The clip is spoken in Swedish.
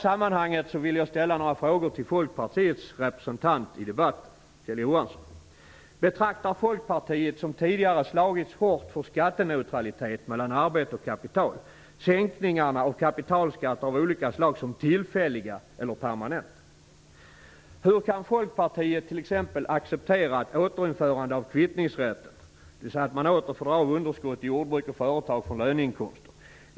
Johansson: Betraktar Folkpartiet, som tidigare slagits hårt för skatteneutralitet mellan arbete och kapital, sänkningarna av kapitalskatter av olika slag som tillfälliga eller permanenta? Hur kan Folkpartiet t.ex. acceptera ett återinförande av kvittningsrätten, dvs. att man åter få dra av underskott i jordbruk och företag från löneinkomster?